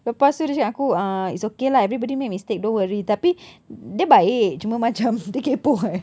lepas tu dia cakap dengan aku uh it's okay lah everybody make mistake don't worry tapi dia baik cuma macam dia kaypoh eh